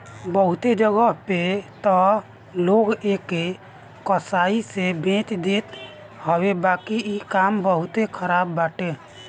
बहुते जगही पे तअ लोग एके कसाई से बेच देत हवे बाकी इ काम बहुते खराब बाटे